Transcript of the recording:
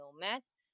nomads